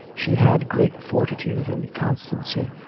she had great fortitude and constancy,